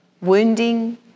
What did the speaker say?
wounding